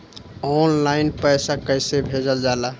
Online पैसा कैसे भेजल जाला?